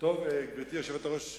גברתי היושבת-ראש,